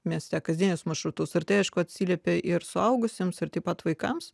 mieste kasdienius maršrutus ar tai aišku atsiliepia ir suaugusiems ir taip pat vaikams